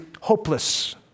hopeless